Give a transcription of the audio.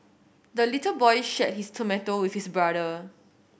the little boy shared his tomato with his brother